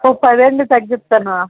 ఓ పది అంటే తగ్గిస్తాను